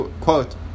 quote